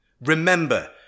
Remember